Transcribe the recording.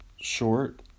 short